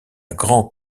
grands